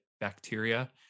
bacteria